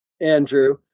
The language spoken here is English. Andrew